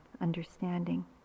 understanding